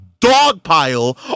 dogpile